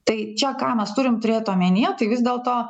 tai čia ką mes turim turėt omenyje tai vis dėlto